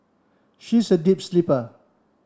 she is a deep sleeper